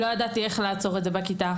לא ידעתי איך לעצור את זה בכיתה,